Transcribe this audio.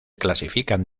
clasifican